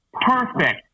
perfect